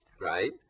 Right